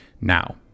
now